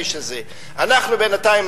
בינתיים,